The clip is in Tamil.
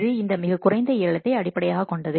இது இந்த மிகக் குறைந்த ஏலத்தை அடிப்படையாகக் கொண்டது